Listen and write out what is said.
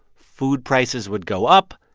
food prices would go up.